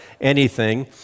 anything